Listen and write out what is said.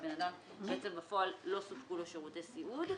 ולבן אדם בעצם בפועל לא סופקו שירותי סיעוד.